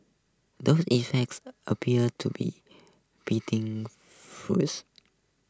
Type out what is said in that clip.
those effects appear to be beating fruits